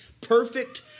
Perfect